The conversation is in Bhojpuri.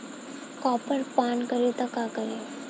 कॉपर पान करी त का करी?